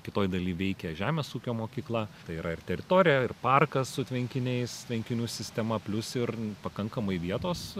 kitoj daly veikė žemės ūkio mokykla tai yra ir teritorija ir parkas su tvenkiniais tvenkinių sistema plius ir pakankamai vietos